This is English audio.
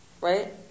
right